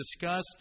discussed